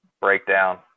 breakdown